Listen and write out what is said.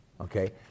okay